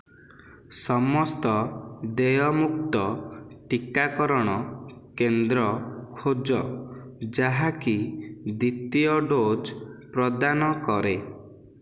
ସମସ୍ତ ଦେୟଯୁକ୍ତ ଟିକାକରଣ କେନ୍ଦ୍ର ଖୋଜ ଯାହାକି ଦ୍ୱିତୀୟ ଡୋଜ୍ ପ୍ରଦାନ କରେ